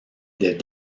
des